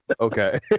Okay